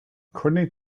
coordinate